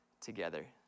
together